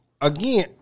again